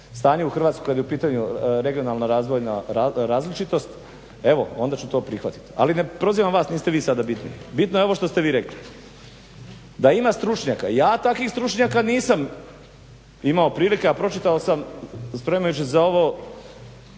stanje u Hrvatskoj kad je u pitanju regionalna razvojna različitost, evo onda ću to prihvatiti. Ali ne prozivam vas, niste vi sada bitni. Bitno je ovo što ste vi rekli da ima stručnjaka. Ja takvih stručnjaka nisam imao prilike, a pročitao sam spremajući se za ovo